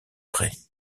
prés